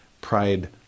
pride